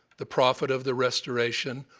the prophet of the restoration,